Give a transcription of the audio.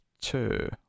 two